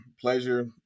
pleasure